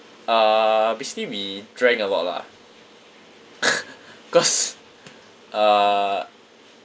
uh basically we drank a lot lah cause uh